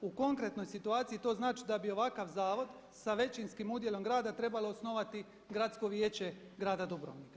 U konkretnoj situaciji to znači da bi ovakav zavod sa većinskim udjelom grada trebalo osnovati Gradsko vijeće Grada Dubrovnika.